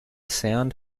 sound